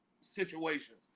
situations